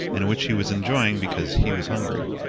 and which he was enjoying because he was hungry.